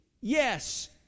Yes